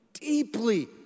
deeply